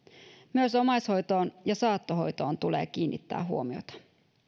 myös omaishoitoon ja saattohoitoon tulee kiinnittää huomiota